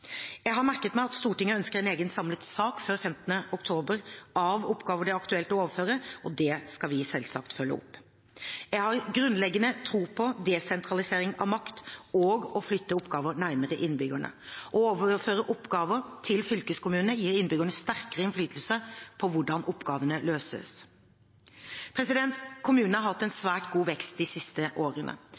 Jeg har merket meg at Stortinget ønsker en egen samlet sak før 15. oktober om oppgaver det er aktuelt å overføre. Dette skal vi selvsagt følge opp. Jeg har grunnleggende tro på desentralisering av makt og på å flytte oppgaver nærmere innbyggerne. Å overføre oppgaver til fylkeskommunene gir innbyggerne sterkere innflytelse på hvordan oppgavene løses. Kommunene har hatt en svært god vekst de siste årene.